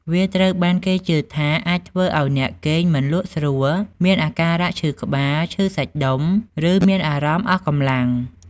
វាត្រូវបានគេជឿថាអាចធ្វើឱ្យអ្នកគេងមិនលក់ស្រួល មានអាការៈឈឺក្បាល ឈឺសាច់ដុំ ឬមានអារម្មណ៍អស់កម្លាំង។